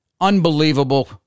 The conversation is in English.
unbelievable